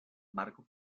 marco